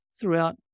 throughout